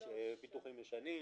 זה פיתוחים ישנים,